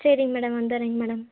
சரிங்க மேடம் வந்துடுறேங்க மேடம்